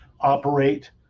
operate